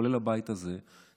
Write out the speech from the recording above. כולל הבית הזה,